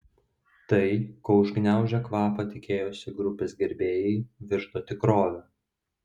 tai ko užgniaužę kvapą tikėjosi grupės gerbėjai virto tikrove